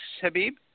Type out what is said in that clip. Habib